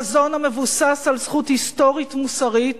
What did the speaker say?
חזון המבוסס על זכות היסטורית מוסרית